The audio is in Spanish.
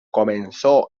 comenzó